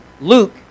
Luke